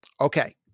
Okay